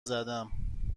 زدم